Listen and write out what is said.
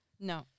No